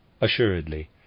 Assuredly